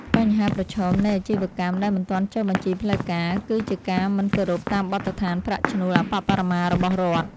បញ្ហាប្រឈមនៃអាជីវកម្មដែលមិនទាន់ចុះបញ្ជីផ្លូវការ គឺជាការមិនគោរពតាមបទដ្ឋានប្រាក់ឈ្នួលអប្បបរមារបស់រដ្ឋ។